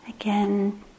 again